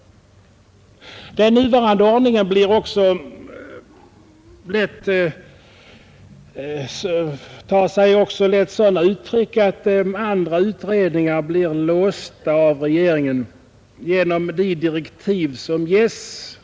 Den nuvarande ordningen tar sig också lätt sådana uttryck att andra utredningar blir låsta av regeringen genom de direktiv som ges.